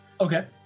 Okay